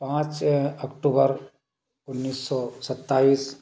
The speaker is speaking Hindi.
पाँच अक्टूबर उन्नीस सौ सत्ताईस